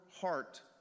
heart